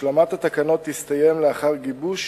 השלמת התקנות תסתיים לאחר גיבוש